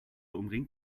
umringt